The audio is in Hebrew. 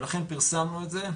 ולכן פרסמנו את זה,